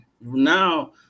now